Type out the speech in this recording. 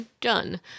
done